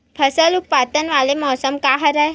फसल उत्पादन वाले मौसम का हरे?